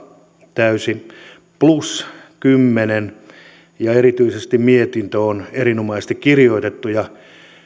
täysi kymmenen plus ja erityisesti mietintö on erinomaisesti kirjoitettu